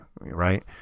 right